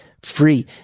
free